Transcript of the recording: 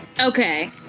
Okay